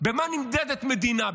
במה נמדדת מדינה?